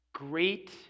Great